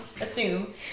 assume